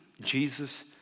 Jesus